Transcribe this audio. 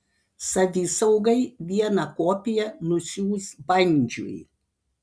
savisaugai vieną kopiją nusiųs bandžiui